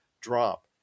drop